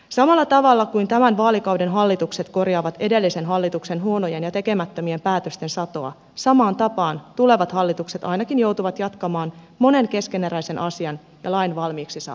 samalla tavalla kuin tämän vaalikauden hallitukset korjaavat edellisen hallituksen huonojen ja tekemättömien päätösten satoa samaan tapaan tulevat hallitukset ainakin joutuvat jatkamaan monen keskeneräisen asian ja lain valmiiksi saattamista